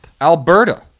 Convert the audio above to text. Alberta